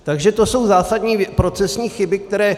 Takže to jsou zásadní procesní chyby, které...